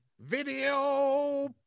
video